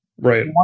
Right